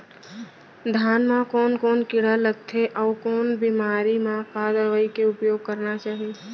धान म कोन कोन कीड़ा लगथे अऊ कोन बेमारी म का दवई के उपयोग करना चाही?